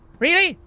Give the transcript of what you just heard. really!